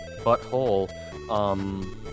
Butthole